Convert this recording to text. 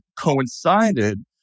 coincided